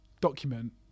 document